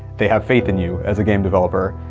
they have faith in you as a game developer.